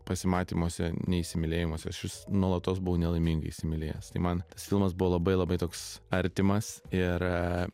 pasimatymuose nei įsimylėjimuos aš vis nuolatos buvau nelaimingai įsimylėjęs tai man tas filmas buvo labai labai toks artimas ir